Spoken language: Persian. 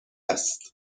است